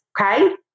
okay